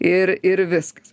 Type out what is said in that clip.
ir ir viskas